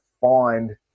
find